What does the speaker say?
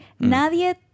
Nadie